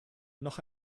noch